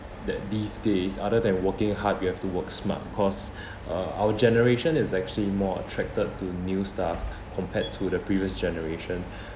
that these days other than working hard you have to work smart cause uh are our generation is actually more attracted to new stuff compared to the previous generation